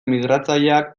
migratzaileak